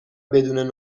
بدون